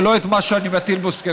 ולא את מה שאני מטיל בו ספק,